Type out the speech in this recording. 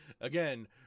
Again